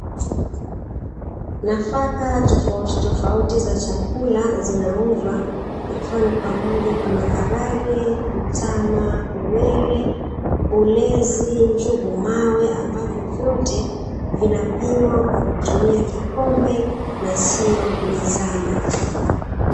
Nafaka tofauti tofauti za chakula zinauzwa ikiwa ni pamoja na maharage, mtama, uwele, ulezi, na njugu mawe ambavyo vyote vinapimwa kwa kutumia kikombe na siyo mizani.